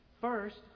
First